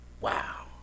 Wow